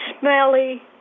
smelly